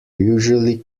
usually